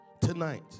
tonight